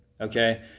Okay